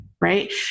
right